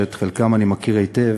שאת חלקם אני מכיר היטב,